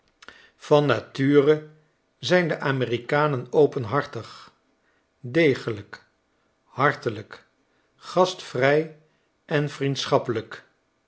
van nature zijn de amerikanen openhartig degelijk hartelijk gastvrij en